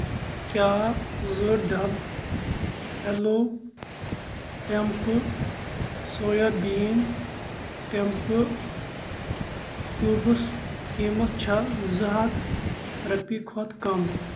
کیٛاہ زٕ ڈبہٕ ہٮ۪لو ٹٮ۪مپہٕ سویابیٖن ٹٮ۪مپہٕ کیوٗبس قۭمتھ چھا زٕ ہَتھ رۄپہِ کھۄتہٕ کم